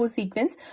sequence